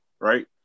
right